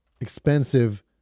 expensive